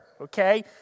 okay